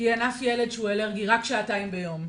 כי אין אף ילד שהוא אלרגי רק שעתיים ביום,